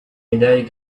médailles